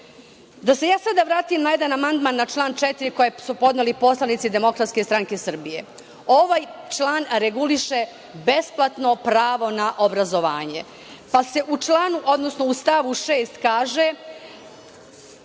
se ja sada vratim na jedan amandman, na član 4. koji su podneli poslanici DS. Ovaj član reguliše besplatno pravo na obrazovanje, pa se u članu, odnosno u stavu 6. kaže